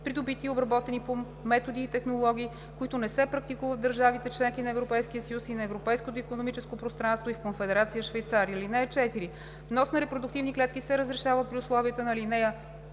придобити и обработени по методи и технологии, които не се практикуват в държавите – членки на Европейския съюз и на Европейското икономическо пространство и в Конфедерация Швейцария. (4) Внос на репродуктивни клетки се разрешава при условията на ал. 3, т.